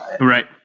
right